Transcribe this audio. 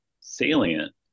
salient